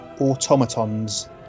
automatons